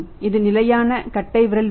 இது நிலையான கட்டைவிரல் விதி